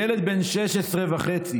ילד בן 16 וחצי